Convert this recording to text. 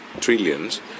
trillions